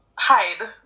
hide